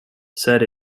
said